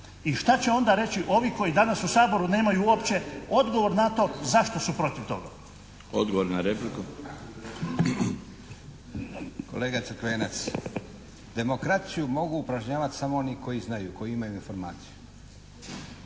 i šta će onda reći ovi koji danas u Saboru nemaju uopće odgovor na to zašto su protiv toga. **Milinović, Darko (HDZ)** Odgovor na repliku. **Leko, Josip (SDP)** Kolega Crkvenac, demokraciju mogu upražnjavati samo oni koji znaju, koji imaju informaciju.